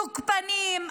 תוקפניים,